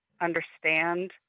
understand